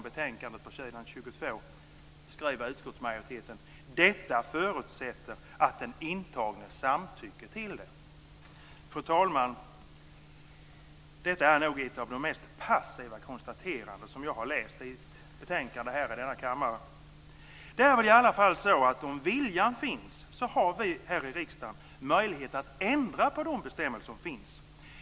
Utskottet skriver emellertid: "Detta förutsätter att den intagne samtycker till det." Fru talman! Detta är nog ett av de mest passiva konstateranden som jag har läst i ett betänkande här i riksdagen. Det är väl i alla fall så att om viljan finns har vi här i riksdagen möjlighet att ändra de bestämmelser som finns?